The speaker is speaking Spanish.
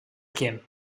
quien